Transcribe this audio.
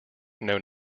know